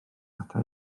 ata